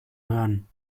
hören